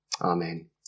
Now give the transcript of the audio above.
Amen